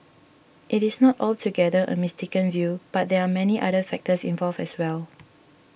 it is not altogether a mistaken view but there are many other factors involved as well